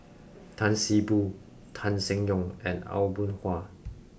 Tan See Boo Tan Seng Yong and Aw Boon Haw